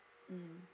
mm